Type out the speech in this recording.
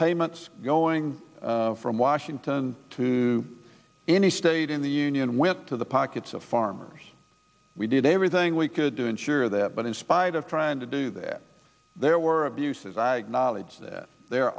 payments going from washington to any state in the union went to the pockets of farmers we did everything we could to ensure that but in spite of trying to do that there were abuses i knowledge that the